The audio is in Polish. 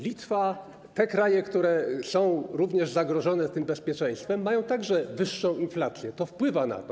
Litwa, te kraje, które są również zagrożone tym bezpieczeństwem, mają także wyższą inflację, to wpływa na to.